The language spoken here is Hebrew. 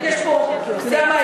אתה יודע מה,